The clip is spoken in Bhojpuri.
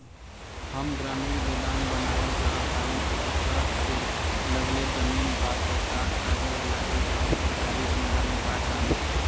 हम ग्रामीण गोदाम बनावल चाहतानी और सड़क से लगले जमीन बा त का कागज लागी आ सरकारी अनुदान बा का?